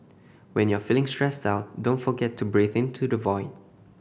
when you are feeling stressed out don't forget to breathe into the void